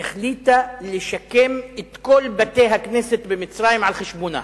לשקם את כל בתי-הכנסת במצרים על-חשבונה.